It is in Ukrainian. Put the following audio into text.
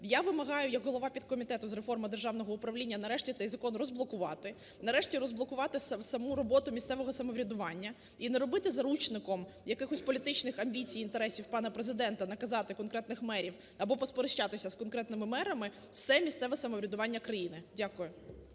Я вимагаю як голова підкомітету з реформи державного управління нарешті цей закон розблокувати. Нарешті розблокувати саму роботу місцевого самоврядування і не робити заручником якихось політичних амбіцій, інтересів пана Президента наказати конкретних мерів або посперечатися з конкретними мерами все місцеве самоврядування країни. Дякую.